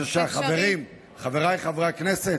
חברים, חבריי חברי הכנסת,